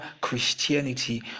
Christianity